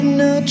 no